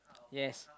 yes